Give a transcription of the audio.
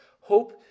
Hope